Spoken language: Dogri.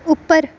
उप्पर